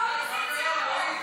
אנחנו כמו פראיירים יושבים פה.